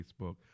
Facebook